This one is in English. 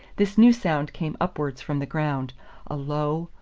this new sound came upwards from the ground a low,